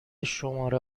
شماره